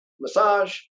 massage